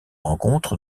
rencontre